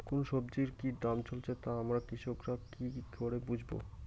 কোন সব্জির কি দাম চলছে তা আমরা কৃষক রা কি করে বুঝবো?